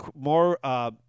more